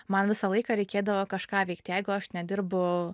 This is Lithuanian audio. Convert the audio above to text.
man visą laiką reikėdavo kažką veikt jeigu aš nedirbu